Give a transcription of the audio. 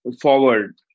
forward